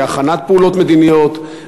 בהכנת פעולות מדיניות,